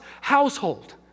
household